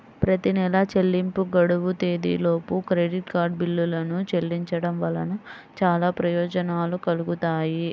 ప్రతి నెలా చెల్లింపు గడువు తేదీలోపు క్రెడిట్ కార్డ్ బిల్లులను చెల్లించడం వలన చాలా ప్రయోజనాలు కలుగుతాయి